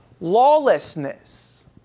lawlessness